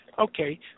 Okay